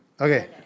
Okay